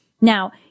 Now